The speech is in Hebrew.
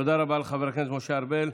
תודה רבה לחבר הכנסת משה ארבל.